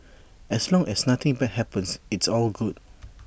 as long as nothing bad happens it's all good